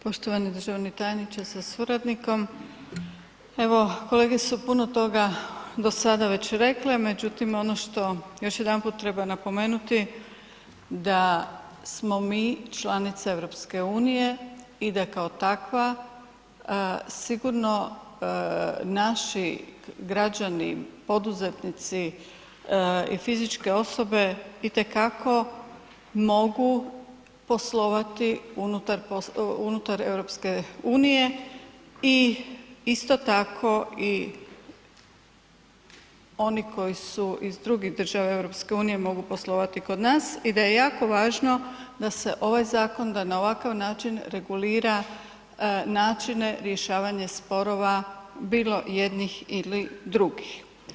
Poštovani državni tajniče sa suradnikom, evo kolege su puno toga do sada već rekle međutim ono što još jedanput treba napomenuti da smo mi članice EU i da kao takva sigurno naši građani poduzetnici i fizičke osobe i te kako mogu poslovati unutar EU i isto tako i oni koji su iz drugih država EU-a, mogu poslovati kod nas i da je jako važno da se ovaj zakon, da na ovakav način regulira načine rješavanja sporova bilo jednih ili drugih.